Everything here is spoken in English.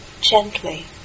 gently